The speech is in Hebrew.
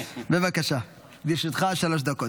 בבקשה, לרשותך שלוש דקות.